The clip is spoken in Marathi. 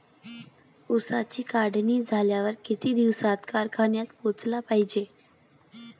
ऊसाची काढणी झाल्यावर किती दिवसात कारखान्यात पोहोचला पायजे?